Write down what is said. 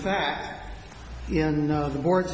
fact in the board